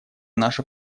наша